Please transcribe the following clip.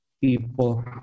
people